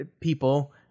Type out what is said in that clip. people